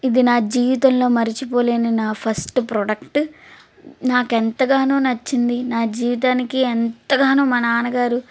ఇది నా జీవితంలో మర్చిపోలేని నా ఫస్ట్ ప్రొడక్ట్ నాకెంతగానో నచ్చింది నా జీవితానికి ఎంతగానో మా నాన్నగారు